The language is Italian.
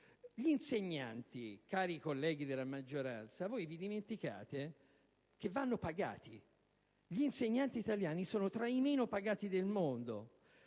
dell'insegnamento. Cari colleghi della maggioranza, voi dimenticate che gli insegnanti vanno pagati. Gli insegnanti italiani sono tra i meno pagati del mondo.